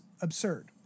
absurd